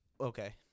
Okay